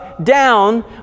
down